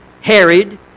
harried